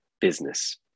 business